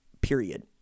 period